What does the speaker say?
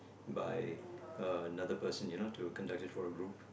by uh another person you know to conduct it for a group